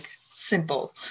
simple